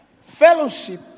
Fellowship